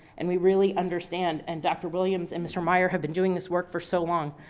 and we really understand. and dr. williams and mr. meyer have been doing this work for so long,